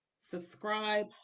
subscribe